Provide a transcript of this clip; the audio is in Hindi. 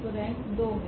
तो रेंक 2 है